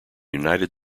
united